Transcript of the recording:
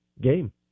game